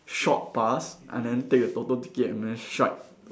short past and then take the Toto ticket and then strike